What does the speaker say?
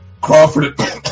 Crawford